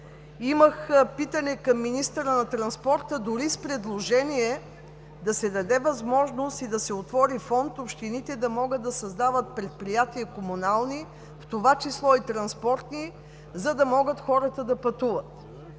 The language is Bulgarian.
Имах питане към министъра на транспорта дори с предложение да се даде възможност и да се отвори фонд – общините да могат да създават комунални предприятия, в това число и транспортни, за да могат хората да пътуват.